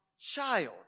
child